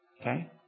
Okay